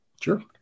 Sure